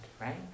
right